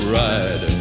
ride